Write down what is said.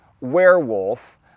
werewolf